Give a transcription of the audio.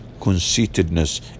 conceitedness